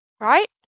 Right